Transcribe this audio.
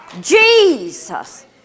Jesus